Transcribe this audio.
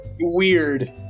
weird